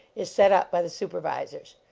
is set up by the supervisors.